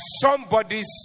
somebody's